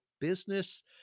business